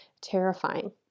terrifying